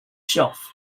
shelf